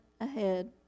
ahead